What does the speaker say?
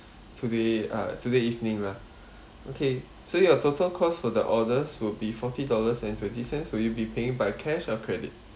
today uh today evening lah okay so your total cost for the orders would be forty dollars and twenty cents will you be paying by cash or credit